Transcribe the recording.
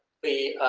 the